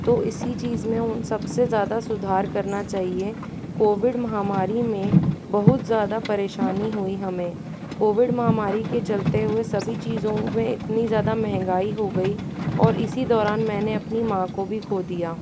तो इसी चीज़ में उन सबसे ज़्यादा सुधार करना चाहिए कोविड महामारी में बहुत ज़्यादा परेशानी हुई हमें कोविड महामारी के चलते हुए सभी चीजों में इतनी ज़्यादा महंगाई हो गई और इसी दौरान मैंने अपनी माँ को भी खो दिया